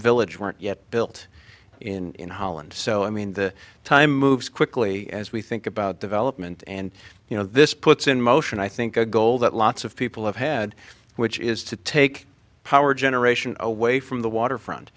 village weren't yet built in holland so i mean the time moves quickly as we think about development and you know this puts in motion i think a goal that lots of people have had which is to take power generation away from the waterfront